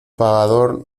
pagador